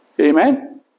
Amen